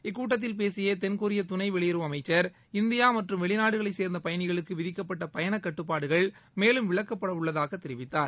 இக்கூட்டத்தில் பேசிய தென்கொரிய துணை வெளியுறவு அமைச்சர் இந்தியா மற்றும் வெளிநாடுகளைச் சேர்ந்த பயணிகளுக்கு விதிக்கப்பட்ட பயணக் கட்டுப்பாடுகள் மேலும் விலக்கப்படவுள்ளதாக தெரிவித்தார்